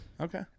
Okay